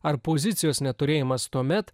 ar pozicijos neturėjimas tuomet